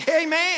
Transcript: Amen